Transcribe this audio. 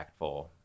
impactful